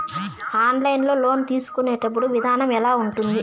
online loan తీసుకునేటప్పుడు విధానం ఎలా ఉంటుంది